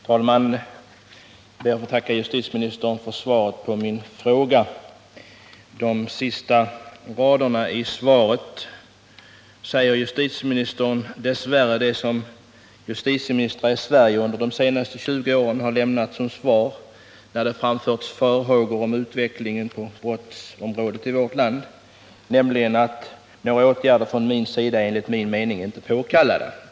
Herr talman! Jag ber att få tacka justitieministern för svaret på min fråga. På de sista raderna i svaret säger justitieministern dess värre det som justitieministrar i Sverige under de senaste 20 åren har lämnat som svar då det framförts farhågor om utvecklingen på brottsområdet i vårt land, nämligen: Några åtgärder från min sida är enligt min mening icke påkallade.